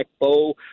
bow